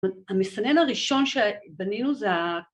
‫המסנן הראשון שבנינו זה ה...